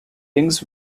rings